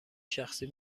شخصی